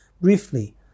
briefly